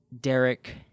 Derek